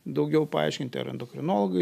daugiau paaiškinti ar endokrinologai